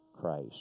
Christ